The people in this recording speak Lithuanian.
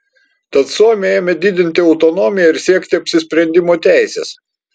tad suomiai ėmė didinti autonomiją ir siekti apsisprendimo teisės